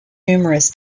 numerous